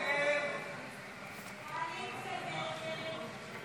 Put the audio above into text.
הסתייגות 127 לא